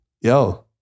Yo